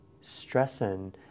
stressing